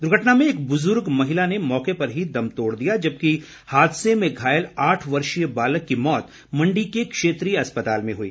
दुर्घटना में एक बुजुर्ग महिला ने मौके पर ही दम तोड़ दिया जबकि हादसे में घायल आठ वर्षीय बालक की मौत मंडी के क्षेत्रीय अस्पताल में हुई